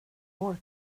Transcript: vår